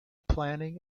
planning